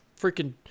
freaking